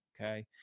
Okay